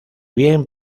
bien